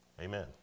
Amen